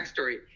backstory